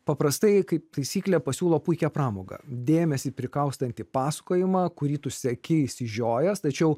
paprastai kaip taisyklė pasiūlo puikią pramogą dėmesį prikaustantį pasakojimą kurį tu seki išsižiojęs tačiau